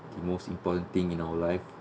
the most important thing in our life